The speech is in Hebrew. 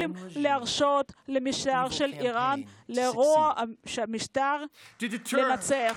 איננו יכולים לאפשר למהלך המרושע של המשטר האיראני להצליח.